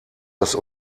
das